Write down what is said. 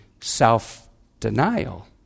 self-denial